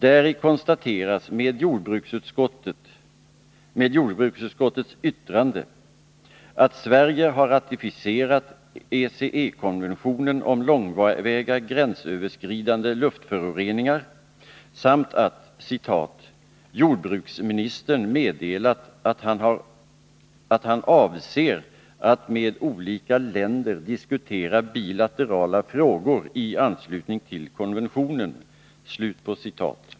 Däri konstateras med hänvisning till jordbruksutskottets yttrande att Sverige har ratificerat ECE-konventionen om långväga gränsöverskridande luftföroreningar, samt att ”jordbruksministern meddelat att han avser att med olika länder diskutera bilaterala frågor i anslutning till konventionen”.